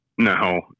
No